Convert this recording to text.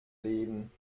leben